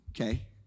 okay